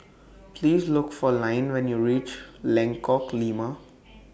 Please Look For Lynne when YOU REACH Lengkok Lima